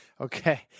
Okay